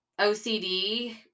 OCD